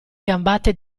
gambate